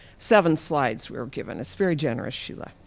seven slides we were given. it's very generous sheila.